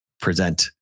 present